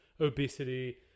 obesity